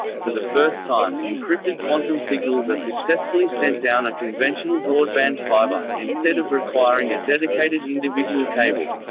for the first time, encrypted quantum signals are successfully sent down a conventional broadband fiber, instead of requiring a dedicated individual cable.